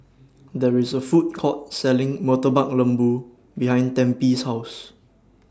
There's A Food Court Selling Murtabak Lembu behind Tempie's House